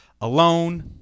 alone